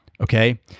Okay